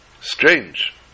Strange